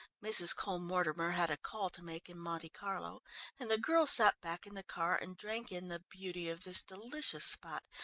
mrs. cole-mortimer had a call to make in monte carlo and the girl sat back in the car and drank in the beauty of this delicious spot,